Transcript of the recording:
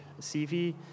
CV